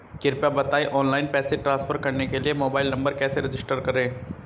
कृपया बताएं ऑनलाइन पैसे ट्रांसफर करने के लिए मोबाइल नंबर कैसे रजिस्टर करें?